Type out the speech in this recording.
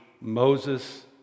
Moses